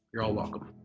you're all welcome.